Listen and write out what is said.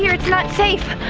it's not safe.